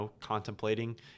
contemplating